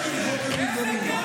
הם כלולים,